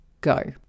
go